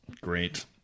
Great